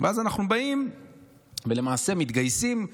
אז אנחנו באים ולמעשה מתגייסים,